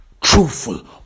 truthful